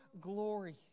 glory